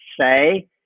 say